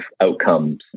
outcomes